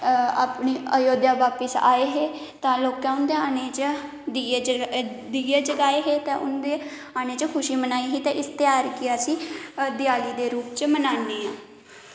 अपनी अयोध्या बापिस आए हे तां लोकें उंदे आने च दीये जगाए हे ते उंदे आने च खुशी मनाई ही ते इस ध्यार गी अस देआली दे रूप च मनाने आं